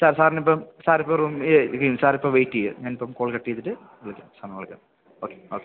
sir സാറിനിപ്പം സാറിപ്പോള് wait ചെയ്യൂ ഞാനിപ്പം കോൾ കട്ട് ചെയ്തിട്ട് വിളിക്കാം സാറിനെ വിളിക്കാം ഓക്കേ ഓക്കേ